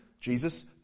Jesus